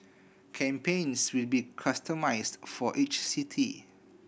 campaigns will be customised for each city